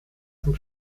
zum